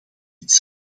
iets